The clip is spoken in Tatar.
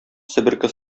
себерке